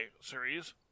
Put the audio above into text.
series